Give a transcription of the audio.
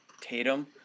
Tatum